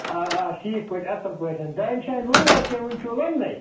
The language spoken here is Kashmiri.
آ آ ٹھیٖک پٲٹھۍ اَصٕل پٲٹھۍ دانہِ شانہِ لونُو حظ کِنہٕ وٕنۍ چھُو لونٛنَے